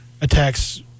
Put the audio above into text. attacks